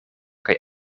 kaj